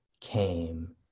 came